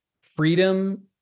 freedom